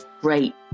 great